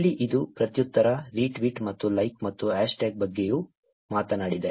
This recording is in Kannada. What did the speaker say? ಇಲ್ಲಿ ಇದು ಪ್ರತ್ಯುತ್ತರ ರಿಟ್ವೀಟ್ ಮತ್ತು ಲೈಕ್ ಮತ್ತು ಹ್ಯಾಶ್ಟ್ಯಾಗ್ ಬಗ್ಗೆಯೂ ಮಾತನಾಡಿದೆ